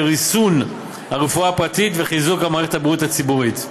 לריסון הרפואה הפרטית וחיזוק מערכת הבריאות הציבורית.